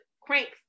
cranks